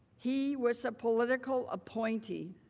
he was a political appointee